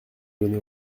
donner